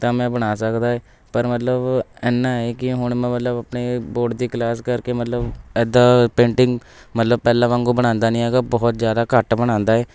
ਤਾਂ ਮੈਂ ਬਣਾ ਸਕਦਾ ਏ ਪਰ ਮਤਲਬ ਇੰਨਾਂ ਹੈ ਕਿ ਹੁਣ ਮੈਂ ਮਤਲਬ ਆਪਣੇ ਬੋਰਡ ਦੀ ਕਲਾਸ ਕਰਕੇ ਮਤਲਬ ਇੱਦਾਂ ਪੇਂਟਿੰਗ ਮਤਲਬ ਪਹਿਲਾਂ ਵਾਂਗੂੰ ਬਣਾਉਂਦਾ ਨਹੀਂ ਹੈਗਾ ਬਹੁਤ ਜ਼ਿਆਦਾ ਘੱਟ ਬਣਾਉਂਦਾ ਏ